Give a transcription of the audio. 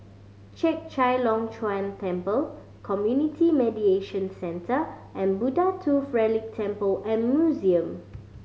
Chek Chai Long Chuen Temple Community Mediation Centre and Buddha Tooth Relic Temple and Museum